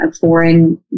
foreign